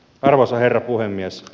arvoisa herra puhemies